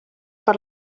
per